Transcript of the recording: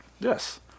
Yes